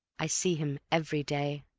i see him every day.